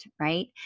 right